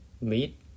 meet